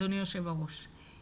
אדוני היושב ראש.